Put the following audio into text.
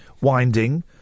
winding